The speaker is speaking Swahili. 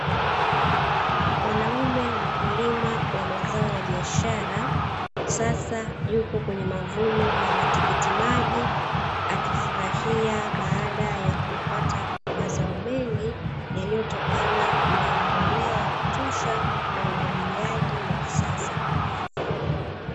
Mwanaume mkulima wa mazao ya biashara, sasa yupo kwenye mavuno ya matikiti maji, akifurahia baaada ya kupata mazao mengi yaliyotokana na mbolea ya kutosha na umwagiliaji wa kisasa.